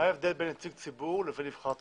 מה ההבדל בין נציג ציבור לבין נבחר ציבור?